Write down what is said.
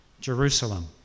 Jerusalem